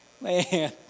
Man